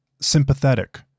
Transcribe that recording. sympathetic